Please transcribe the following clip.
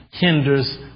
hinders